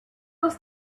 was